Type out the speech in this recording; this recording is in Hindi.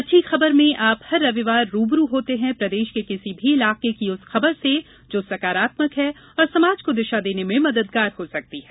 अच्छी खबरमें आप हर रविवार रूबरू होते हैं प्रदेश के किसी भी इलाके की उस खबर से जो सकारात्मक है और समाज को दिशा देने में मददगार हो सकती है